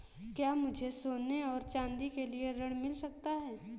क्या मुझे सोने और चाँदी के लिए ऋण मिल सकता है?